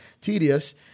tedious